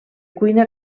cuina